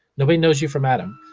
nobody knows you from adam,